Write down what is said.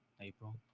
April